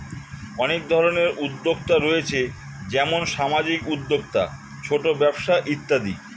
অনেক ধরনের উদ্যোক্তা রয়েছে যেমন সামাজিক উদ্যোক্তা, ছোট ব্যবসা ইত্যাদি